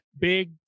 big